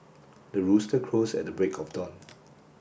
the rooster crows at the break of dawn